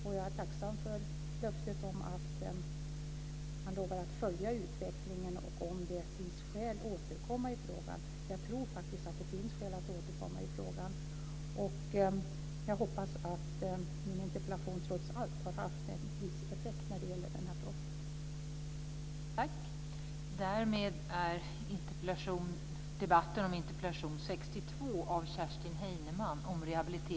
Jag är tacksam för hans löfte att följa utvecklingen och om det finns skäl återkomma i frågan. Jag tror faktiskt att det finns skäl att göra det.